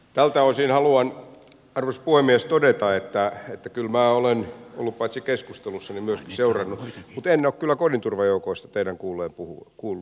tältä osin haluan arvoisa puhemies todeta että kyllä minä olen paitsi ollut keskustelussa niin myöskin seurannut mutta en ole kyllä kodinturvajoukoista teidän kuullut puhuvan